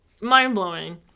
mind-blowing